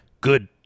good